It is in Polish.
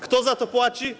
Kto za to płaci?